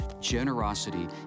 generosity